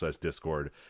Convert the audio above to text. Discord